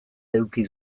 eduki